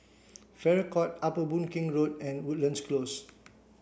Farrer Court Upper Boon Keng Road and Woodlands Close